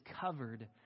covered